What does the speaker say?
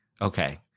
Okay